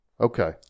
Okay